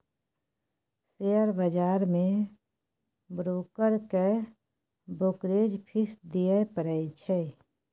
share बजार मे broker केँ ब्रोकरेज फीस दियै परै छै